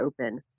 open